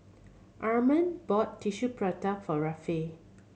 Armand bought Tissue Prata for Rafe